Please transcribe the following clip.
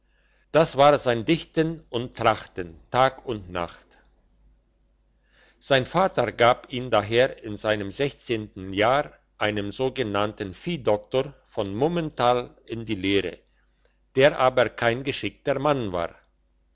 das war sein dichten und trachten tag und nacht sein vater gab ihn daher in seinem jahr einem sogenannten viehdoktor von mummental in die lehre der aber kein geschickter mann war